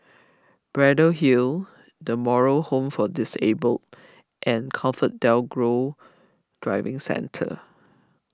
Braddell Hill the Moral Home for Disabled and ComfortDelGro Driving Centre